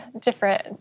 different